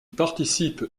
participe